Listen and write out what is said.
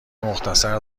مختصر